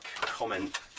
comment